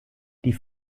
die